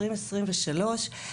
2023,